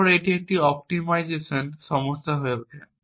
তারপর এটি একটি অপ্টিমাইজেশান সমস্যা হয়ে ওঠে